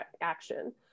action